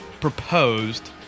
proposed